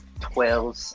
Twelve